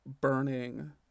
burning